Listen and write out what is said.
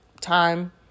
time